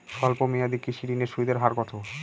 স্বল্প মেয়াদী কৃষি ঋণের সুদের হার কত?